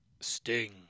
sting